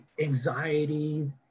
anxiety